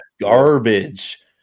garbage